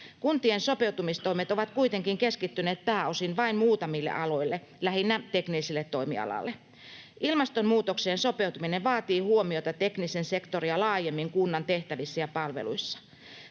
Kuntien sopeutumistoimet ovat kuitenkin keskittyneet pääosin vain muutamille aloille, lähinnä tekniselle toimialalle. Ilmastonmuutokseen sopeutuminen vaatii huomiota teknistä sektoria laajemmin kunnan tehtävissä ja palveluissa.